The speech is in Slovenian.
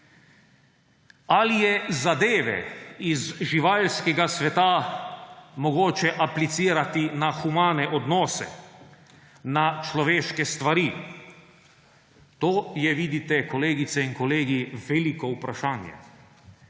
Ali je zadeve iz živalskega sveta mogoče aplicirati na humane odnose, na človeške stvari? To je, vidite, kolegice in kolegi, veliko vprašanje.